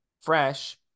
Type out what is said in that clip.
fresh